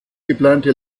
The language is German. geplante